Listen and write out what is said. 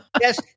Yes